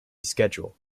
schedule